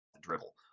dribble